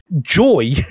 joy